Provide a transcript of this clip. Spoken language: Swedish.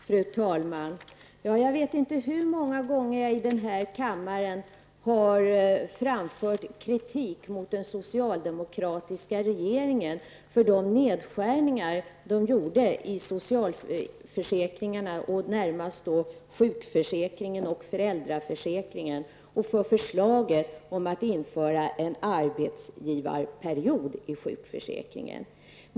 Fru talman! Jag vet inte hur många gånger den här kammaren har framfört kritik mot den socialdemokratiska regeringen för de nedskärningar som den gjorde i socialförsäkringarna, närmast beträffande sjukförsäkringen och föräldraförsäkringen och förslaget om införande av arbetsgivarperiod.